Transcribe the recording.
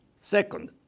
Second